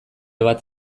bat